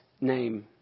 name